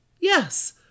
Yes